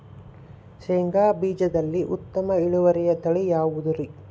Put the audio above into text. ಶೇಂಗಾ ಬೇಜದಲ್ಲಿ ಉತ್ತಮ ಇಳುವರಿಯ ತಳಿ ಯಾವುದುರಿ?